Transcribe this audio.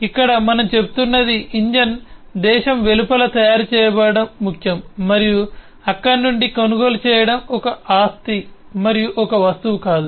కానీ ఇక్కడ మనం చెబుతున్నది ఇంజిన్ దేశం వెలుపల తయారు చేయబడటం ముఖ్యం మరియు అక్కడ నుండి కొనుగోలు చేయడం ఒక ఆస్తి మరియు ఒక వస్తువు కాదు